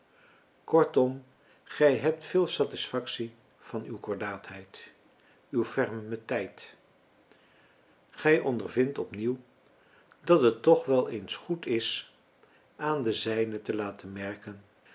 kortom gij hebt veel satisfactie van uw kordaatheid uw fermeteit gij ondervindt opnieuw dat het toch wel eens goed is aan de zijnen te laten merken